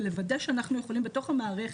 ולוודא שאנחנו יכולים בתוך המערכת,